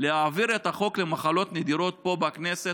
להעביר את החוק למחלות נדירות פה בכנסת.